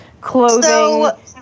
clothing